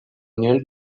nivel